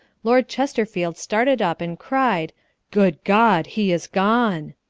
lord chesterfield started up and cried good god, he is gone!